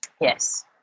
Yes